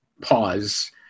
pause